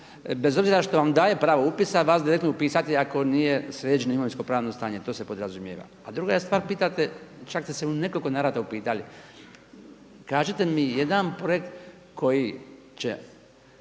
bez obzira što vam daje pravo upisa vas direktno upisati ako nije sređeno imovinsko pravno stanje. To se podrazumijeva. A druga je stvar pitate, čak ste se u nekoliko navrata upitali, kažite mi jedan projekt koji će